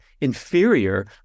inferior